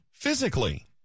physically